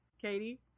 Katie